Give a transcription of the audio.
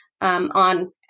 On